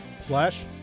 slash